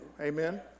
Amen